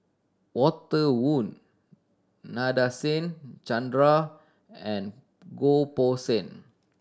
Walter Woon Nadasen Chandra and Goh Poh Seng